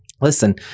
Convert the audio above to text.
listen